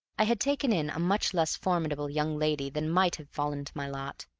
i had taken in a much less formidable young lady than might have fallen to my lot.